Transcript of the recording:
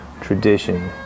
tradition